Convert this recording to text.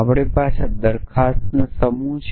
આપણી પાસે દરખાસ્તોનો સમૂહ છે